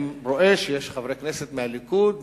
אני רואה שיש חברי כנסת מהליכוד,